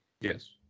Yes